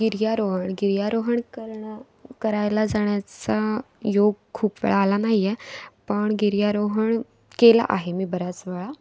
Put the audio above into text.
गिर्यारोहण गिर्यारोहण करण्या करायला जाण्याचा योग खूप वेळा आला नाही आहे पण गिर्यारोहण केलं आहे मी बऱ्याच वेळा